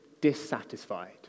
dissatisfied